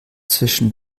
zwischen